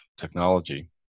technology